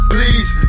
Please